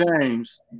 James